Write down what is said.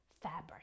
fabric